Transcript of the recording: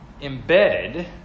embedded